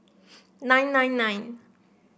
nine nine nine